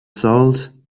salt